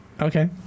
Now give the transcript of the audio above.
Okay